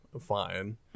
fine